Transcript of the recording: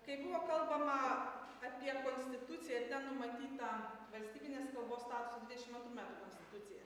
kai buvo kalbama apie konstituciją ir ten numatytą valstybinės kalbos statusą dvidešim antrų metų konstitucija